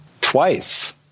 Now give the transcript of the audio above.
twice